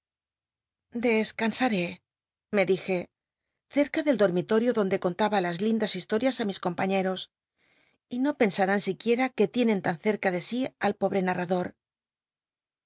descansaré me dije cerca del dormitorio donde contaba lnn lindas historias á mis compañeros y no pens mn siquiera qu e tienen tan cerca de sí al pobre nal'l'adoi